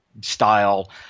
Style